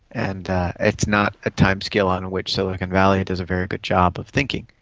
and it's not a timescale on which silicon valley does a very good job of thinking.